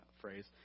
phrase